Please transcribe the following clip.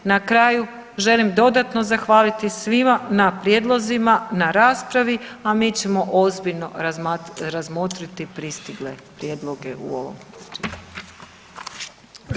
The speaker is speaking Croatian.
Na kraju želim dodatno zahvaliti svima na prijedlozima, na raspravi, a mi ćemo ozbiljno razmotriti pristigle prijedloge u ovom.